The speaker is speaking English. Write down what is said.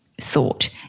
thought